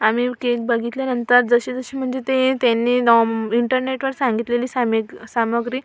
आम्ही केक बघितल्यानंतर जशी जशी म्हणजे ते त्यांनी नोम इंटरनेटवर सांगितलेली सामेग सामग्री